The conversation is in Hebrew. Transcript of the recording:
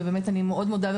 ואני מאוד מודה,